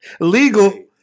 Legal